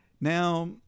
Now